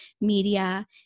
media